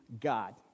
God